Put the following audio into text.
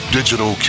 Digital